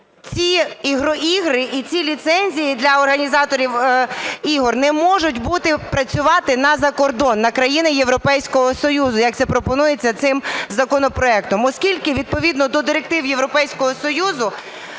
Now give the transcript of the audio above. ці ігри і ці ліцензії для організаторів ігор не можуть працювати на закордон, на країни Європейського Союзу, як це пропонується цим законопроектом. Оскільки відповідно до директив Європейського Союзу,